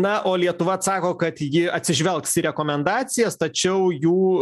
na o lietuva atsako kad ji atsižvelgs į rekomendacijas tačiau jų